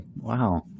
Wow